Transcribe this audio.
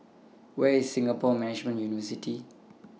Where IS Singapore Management University